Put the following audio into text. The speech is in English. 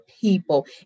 people